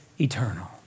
eternal